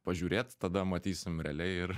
pažiūrėt tada matysim realiai ir